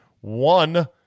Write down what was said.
One